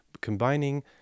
combining